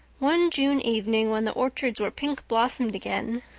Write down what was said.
one june evening, when the orchards were pink blossomed again,